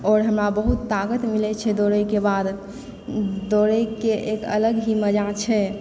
आओर हमरा बहुत ताकत मिले छै दौड़े कऽ बाद दौड़े कऽ एक अलग ही मजा छै